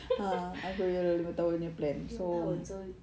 lima tahun [siol]